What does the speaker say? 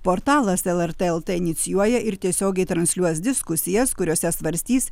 portalas lrt lt inicijuoja ir tiesiogiai transliuos diskusijas kuriose svarstys